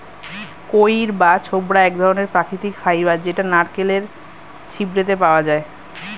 কইর বা ছোবড়া এক ধরণের প্রাকৃতিক ফাইবার যেটা নারকেলের ছিবড়েতে পাওয়া যায়